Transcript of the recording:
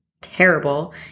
terrible